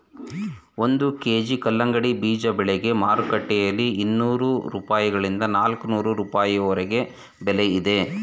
ಒಂದು ಕೆ.ಜಿ ಕಲ್ಲಂಗಡಿ ಬೀಜಗಳಿಗೆ ಮಾರುಕಟ್ಟೆಯಲ್ಲಿ ಇನ್ನೂರು ರೂಪಾಯಿಗಳಿಂದ ನಾಲ್ಕನೂರು ರೂಪಾಯಿವರೆಗೆ ಬೆಲೆ ಇದೆ